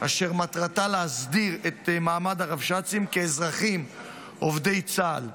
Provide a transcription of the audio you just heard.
אשר מטרתה להסדיר את מעמד הרבש"צים כאזרחים עובדי צה"ל.